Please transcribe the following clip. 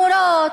המורות,